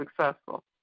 successful